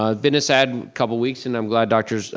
ah been a sad couple weeks, and i'm glad dr.